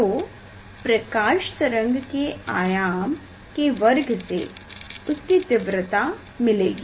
तो प्रकाश तरंग के आयाम के वर्ग से उसकी तीव्रता मिलेगी